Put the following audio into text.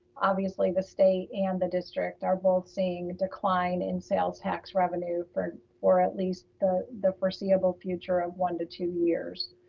obviously the state and the district are both seeing decline in sales tax revenue for at least the the foreseeable future of one to two years.